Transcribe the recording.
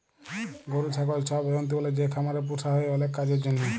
গরু, ছাগল ছব জল্তুগুলা যে খামারে পুসা হ্যয় অলেক কাজের জ্যনহে